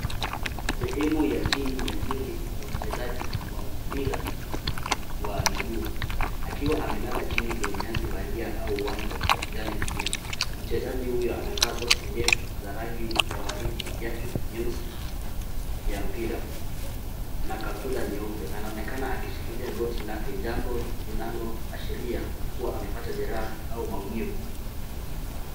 Sehemu ya chini ya mwili wa mchezaji wa mpira wa miguu akiwa amelala chini kwenye nyasi bandia au uwanja wa kijani kibichi. Mchezaji huyu amevaa soksi ndefu za rangi ya waridi, viatu nyeusi vya mpira na kaptura nyeupe. Anaonekana akishikilia goti lake jambo linaloashiria kuwa amepata jeraha au maumivu.